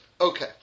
Okay